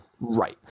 Right